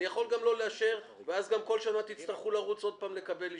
אני יכול גם לא לאשר ואז כל שנה תצטרכו לרוץ עוד פעם לקבל אישור.